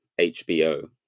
HBO